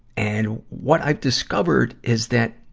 and what i've discovered is that,